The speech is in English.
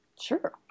Sure